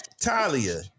Talia